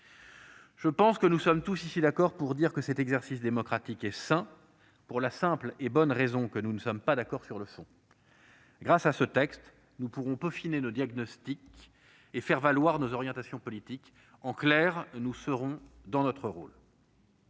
ce sujet. Nous sommes tous d'accord ici pour dire que cet exercice démocratique est sain, pour la simple et bonne raison que nous ne sommes pas d'accord sur le fond. Grâce à ce texte, nous pourrons peaufiner nos diagnostics et faire valoir nos orientations politiques. En clair, nous serons dans notre rôle.